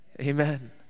Amen